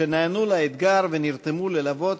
שנענו לאתגר ונרתמו ללוות